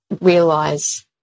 realize